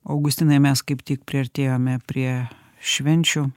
augustinai mes kaip tik priartėjome prie švenčių